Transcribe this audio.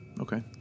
okay